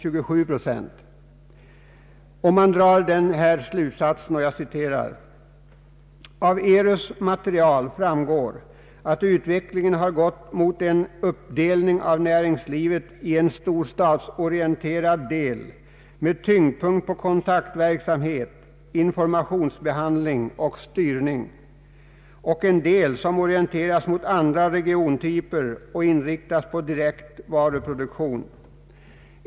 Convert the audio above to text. Utredningen drar följande slutsats: ”Av ERU:s material framgår att utvecklingen har gått mot en uppdelning av näringslivet till en storstadsorienterad del med tyngdpunkt på kontaktverksamhet, informationsbehandling och styrning och en del som orienteras mot andra regiontyper och inriktas på direkt varuproduktion.